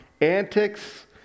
antics